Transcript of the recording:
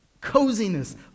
coziness